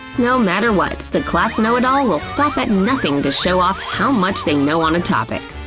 no matter what, the class know-it-all while stop at nothing to show off how much they know on a topic.